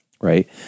right